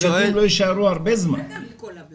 כדי שהילדים לא יישארו הרבה זמן ללא פתרון.